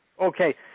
Okay